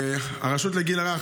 הרשות לגיל הרך,